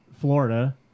Florida